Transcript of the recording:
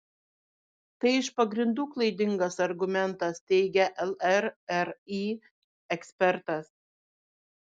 tai iš pagrindų klaidingas argumentas teigia llri ekspertas